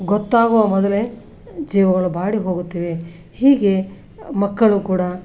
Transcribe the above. ಗೊತ್ತಾಗುವ ಮೊದಲೇ ಜೀವಗಳು ಬಾಡಿ ಹೋಗುತ್ತಿವೆ ಹೀಗೆ ಮಕ್ಕಳೂ ಕೂಡ